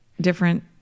different